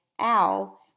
Al